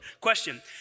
Question